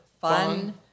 fun